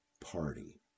party